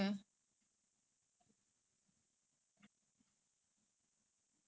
S four so I have to buy there lor if அப்பயாச்சும் ஒரு தடவ தான்:eppayaachum oru thadava thaan I can buy from north spine